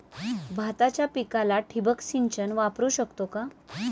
भाताच्या पिकाला ठिबक सिंचन वापरू शकतो का?